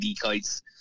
kites